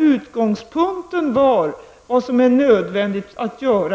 Utgångspunkten var de åtgärder som är nödvändiga